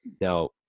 Now